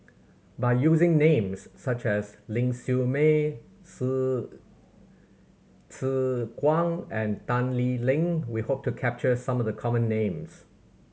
by using names such as Ling Siew May Tse Tse Kwang and Tan Lee Leng we hope to capture some of the common names